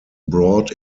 brought